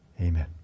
amen